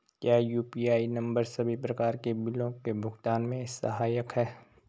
क्या UPI number सभी प्रकार के बिलों के भुगतान में सहायक हैं?